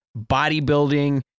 bodybuilding